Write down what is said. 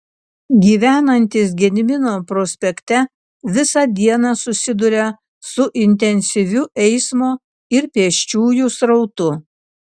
gyvenantys gedimino prospekte visą dieną susiduria su intensyviu eismo ir pėsčiųjų srautu